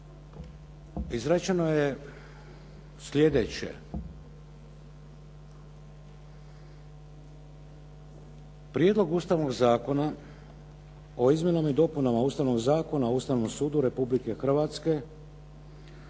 izrečeno je slijedeće. Prijedlog Ustavnog zakona o izmjenama i dopunama Ustavnog zakona o Ustavnom sudu Republike Hrvatske